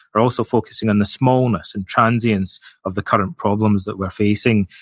are also focusing on the smallness and transience of the current problems that we're facing,